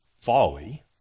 folly